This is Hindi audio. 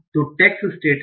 तो टैगस स्टेटस हैं